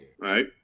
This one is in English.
right